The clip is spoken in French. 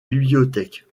bibliothèques